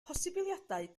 posibiliadau